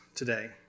today